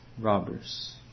robbers